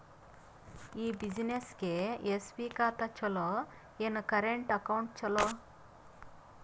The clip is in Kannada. ಈ ಬ್ಯುಸಿನೆಸ್ಗೆ ಎಸ್.ಬಿ ಖಾತ ಚಲೋ ಏನು, ಕರೆಂಟ್ ಅಕೌಂಟ್ ಚಲೋ?